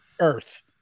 earth